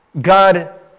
God